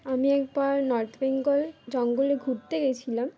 আমি একবার নর্থ বেঙ্গল জঙ্গলে ঘুরতে গিয়েছিলাম